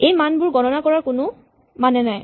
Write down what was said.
এই মানবোৰ গণনা কৰাৰ কোনো মানে নাই